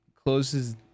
closes